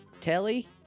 telly